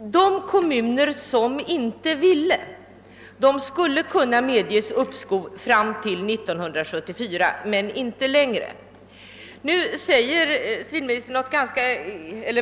de kommuner som inte vill ha en sammanläggning skulle kunna medges uppskov fram till 1974 men inte längre.